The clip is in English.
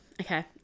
Okay